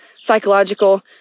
psychological